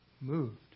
moved